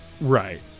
Right